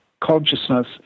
consciousness